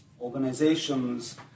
organizations